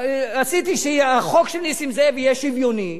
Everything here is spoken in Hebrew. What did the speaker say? עשיתי שהחוק של נסים זאב יהיה שוויוני,